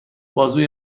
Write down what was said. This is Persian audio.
بازوی